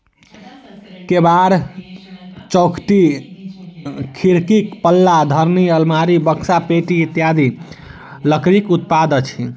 केबाड़, चौखटि, खिड़कीक पल्ला, धरनि, आलमारी, बकसा, पेटी इत्यादि लकड़ीक उत्पाद अछि